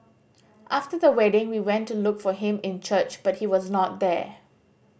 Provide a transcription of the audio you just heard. after the wedding we went to look for him in church but he was not there